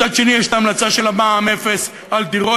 מצד שני ההמלצה של מע"מ אפס על דירות,